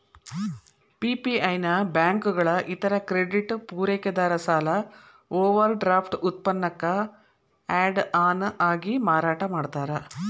PPI ನ ಬ್ಯಾಂಕುಗಳ ಇತರ ಕ್ರೆಡಿಟ್ ಪೂರೈಕೆದಾರ ಸಾಲ ಓವರ್ಡ್ರಾಫ್ಟ್ ಉತ್ಪನ್ನಕ್ಕ ಆಡ್ ಆನ್ ಆಗಿ ಮಾರಾಟ ಮಾಡ್ತಾರ